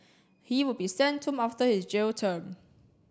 he will be sent home after his jail term